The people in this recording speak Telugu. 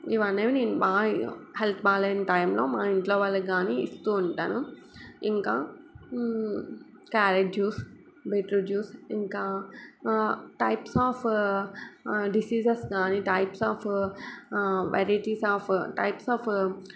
ఇవి అనేవి బా ఇక హెల్త్ బాలేని టైంలో మా ఇంట్లో వాళ్ళకి కానీ ఇస్తూ ఉంటాను ఇంకా క్యారెట్ జ్యూస్ బీట్రూట్ జ్యూస్ ఇంకా టైప్స్ ఆఫ్ డిసీజెస్ కానీ types of varieties of types of